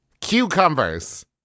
cucumbers